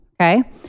okay